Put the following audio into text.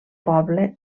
poble